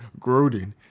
Gruden